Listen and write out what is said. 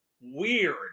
weird